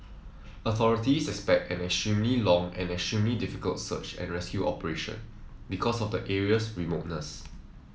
authorities expect an extremely long and extremely difficult search and rescue operation because of the area's remoteness